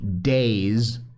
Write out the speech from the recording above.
days